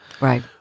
Right